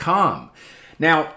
Now